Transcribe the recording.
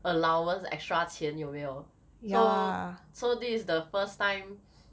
allowance extra 钱有没有 so so this is the first time